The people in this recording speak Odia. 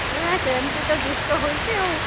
ସେମିତି ତ ଦୁଷ୍ଟ ହେଉଛି ଆଉ